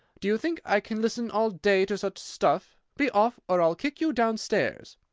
do you think i can listen all day to such stuff? be off, or i'll kick you down stairs!